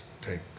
take